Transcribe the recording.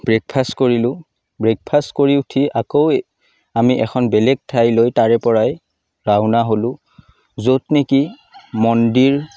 breakfast কৰিলোঁ breakfast কৰি উঠি আকৌ আমি এখন বেলেগ ঠাইলৈ তাৰেপৰাই ৰাওনা হ'লোঁ য'ত নেকি মন্দিৰ